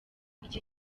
iki